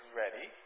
ready